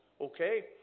Okay